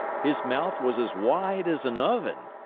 his mouth was as wide as an oven,